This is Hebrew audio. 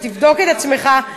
שתבדוק את עצמך,